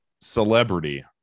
celebrity